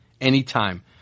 anytime